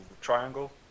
Triangle